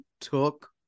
took